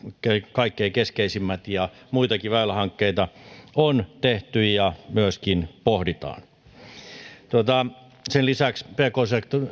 kaikkein keskeisimmät ja muitakin väylähankkeita on tehty ja myöskin pohditaan sen lisäksi pk